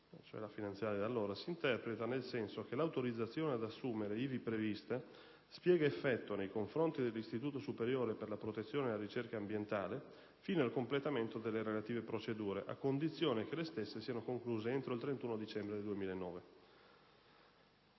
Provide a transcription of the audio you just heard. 24 dicembre 2007, n. 244, si interpreta nel senso che l'autorizzazione ad assumere ivi prevista spiega effetto nei confronti dell'Istituto superiore per la protezione e la ricerca ambientale (ISPRA) fino al completamento delle relative procedure, a condizione che le stesse siano concluse entro il 31 dicembre 2009».